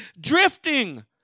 Drifting